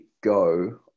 go